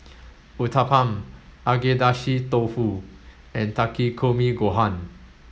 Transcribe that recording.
Uthapam Agedashi Dofu and Takikomi Gohan